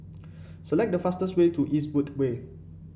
select the fastest way to Eastwood Way